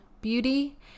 beauty